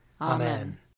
Amen